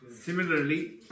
Similarly